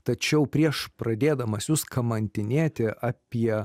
tačiau prieš pradėdamas jus kamantinėti apie